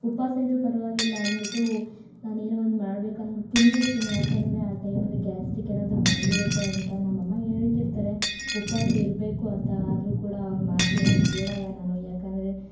ಉಪವಾಸ ಇದ್ರೂ ಪರವಾಗಿಲ್ಲ ಅಂದುಬಿಟ್ಟು ನಾನು ಏನೋ ಒಂದು ಮಾಡ್ಬೇಕಂದ್ಬಿಟ್ಟು ತಿಂದುಬಿಡ್ತೀನಿ ಯಾಕಂದರೆ ಆ ಟೈಮಲ್ಲಿ ಗ್ಯಾಸ್ಟಿಕ್ ಏನಾದ್ರೂ ಬಂದುಬಿಡುತ್ತೆ ಅಂತ ನಮ್ಮ ಅಮ್ಮ ಹೇಳ್ತಿರ್ತಾರೆ ಉಪವಾಸ ಇರಬೇಕು ಅಂತ ಆದರೂ ಕೂಡ ಅವ್ರ ಮಾತು ಏನೂ ಕೇಳೋಲ್ಲ ನಾನು ಯಾಕಂದರೆ